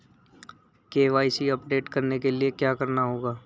KYC update करने के लिए क्या करना होगा?